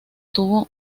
tuvo